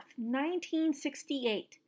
1968